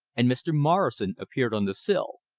and mr. morrison appeared on the sill.